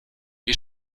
wir